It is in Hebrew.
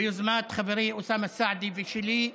ביוזמת חברי אוסאמה סעדי ושלי,